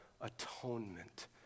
atonement